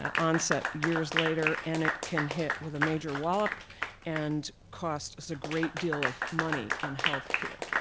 onset years later, and it can hit with a major wallop and costs a great deal of money in health care.